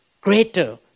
greater